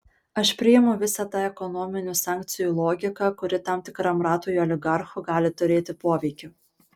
aš priimu visą tą ekonominių sankcijų logiką kuri tam tikram ratui oligarchų gali turėti poveikį